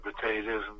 potatoes